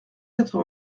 quatre